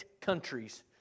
countries